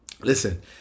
Listen